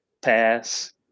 pass